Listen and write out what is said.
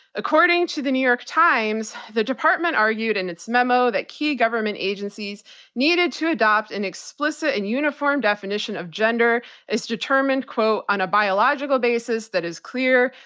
according to the new york times, the department argued in its memo that key government agencies needed to adopt an explicit and uniform definition of gender as determined, quote, on a biological basis that is clear,